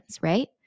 right